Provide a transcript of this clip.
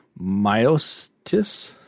Myostis